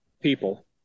people